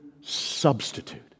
substitute